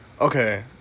Okay